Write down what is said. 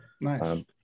Nice